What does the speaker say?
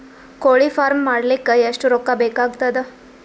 ಕೋಳಿ ಫಾರ್ಮ್ ಮಾಡಲಿಕ್ಕ ಎಷ್ಟು ರೊಕ್ಕಾ ಬೇಕಾಗತದ?